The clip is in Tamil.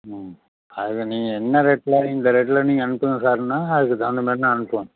ம் அதை நீங்கள் என்ன ரேட்ல இந்த ரேட்ல நீங்கள் அனுப்புங்கள் சார்னால் அதுக்கு தகுந்த மாதிரி நான் அனுப்புவேன்